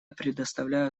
предоставляю